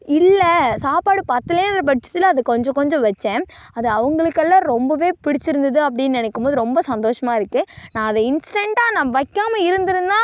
இல்லை சாப்பாடு பத்தலேன்ற பட்சத்தில் அதை கொஞ்ச கொஞ்சம் வச்சேன் அது அவங்களுக்கெல்லாம் ரொம்பவே பிடிச்சிருந்துது அப்படினு நினைக்கும்போது ரொம்ப சந்தோஷமாக இருக்குது நான் அதை இன்ஸ்டெண்டாக நான் வைக்காமல் இருந்து இருந்தா ல்